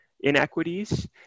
inequities